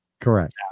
Correct